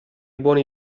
buoni